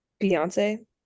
Beyonce